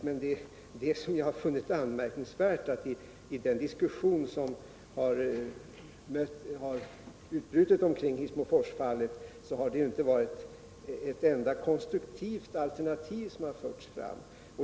Men det som jag har funnit anmärkningsvärt är att i den diskussion som har utbrutit omkring Hissmoforsfallet har det inte förts fram ett enda konstruktivt alternativ.